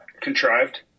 contrived